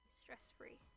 stress-free